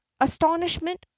astonishment